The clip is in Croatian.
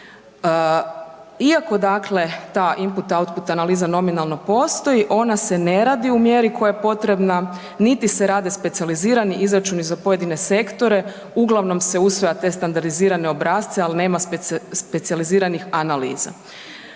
Iako dakle ta input, output analiza nominalno postoji ona se ne radi u mjeri koja je potrebna niti se rade specijalizirani izračuni za pojedine sektore, uglavnom se usvaja te standardizirane obrasce ali nema specijaliziranih analiza.